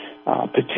Potential